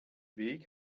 weg